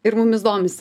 ir mumis domisi